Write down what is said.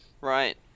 Right